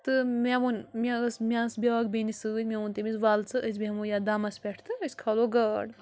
تہٕ مےٚ ووٚن مےٚ ٲس مےٚ ٲس بیٛاکھ بیٚنہِ سۭتۍ مےٚ ووٚن تٔمِس وَلہٕ ژٕ أسۍ بیٚہمو یتھ دَمَس پٮ۪ٹھ تہٕ أسۍ کھالو گاڈ